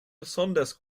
besonders